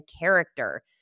character